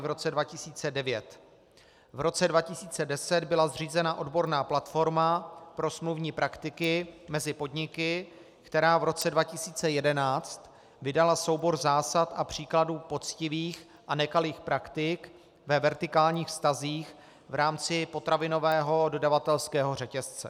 V roce 2010 byla zřízena odborná platforma pro smluvní praktiky mezi podniky, která v roce 2011 vydala soubor zásad a příkladů poctivých a nekalých praktik ve vertikálních vztazích v rámci potravinového dodavatelského řetězce.